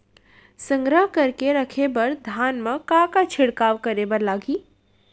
संग्रह करके रखे बर धान मा का का छिड़काव करे बर लागही?